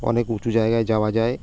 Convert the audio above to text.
অনেক উঁচু জায়গায় যাওয়া যায়